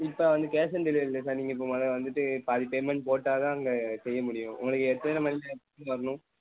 இப்போ வந்து cash on delivery இல்லை சார் நீங்கள் மொதல் வந்துட்டு பாதி பேமெண்ட் போட்டால்தான் இங்கே செய்ய முடியும் உங்களுக்கு எத்தனை மணிக்கு எடுத்துகிட்டு வரணும்